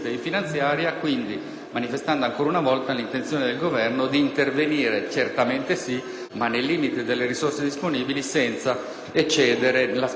manifestando ancora una volta l'intenzione del Governo di intervenire, certamente sì, ma nei limiti delle risorse disponibili, senza eccedere la spesa pubblica e quindi senza